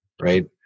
Right